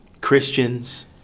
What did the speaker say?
Christians